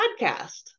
Podcast